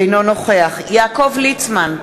אינו נוכח יעקב ליצמן,